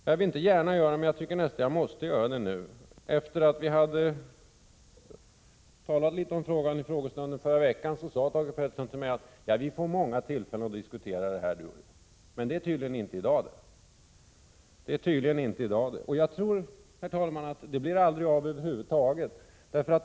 Jag vill inte gärna säga det, men jag tycker nästan att jag måste det nu: Sedan vi hade talat litet om frågan under frågestunden förra veckan sade Thage G. Peterson till mig, att vi får många tillfällen att diskutera detta. Men det är tydligen inte i dag. Jag tror att det över huvud taget aldrig blir av för Thage G. Peterson.